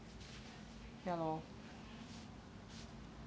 ya lor